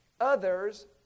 Others